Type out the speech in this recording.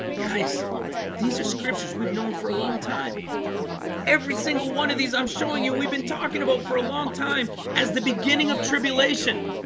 guys these are scriptures. we've known for a long time every single one of these i'm showing you we've been talking about for a long time as the beginning of tribulation